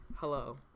Hello